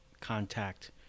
contact